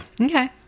Okay